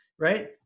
right